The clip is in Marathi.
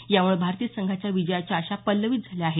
यामुळे भारतीय संघाच्या विजयाच्या आशा पछवित झाल्या आहेत